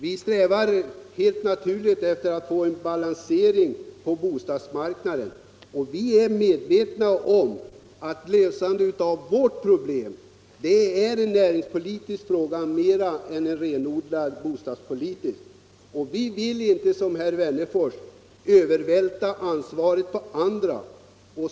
Vi strävar helt naturligt efter balans på bostadsmarknaden, och vi är medvetna om att problemet är en näringspolitisk fråga mera än en renodlad bostadspolitisk fråga. Vi vill inte som herr Wennerfors övervältra ansvaret på andra.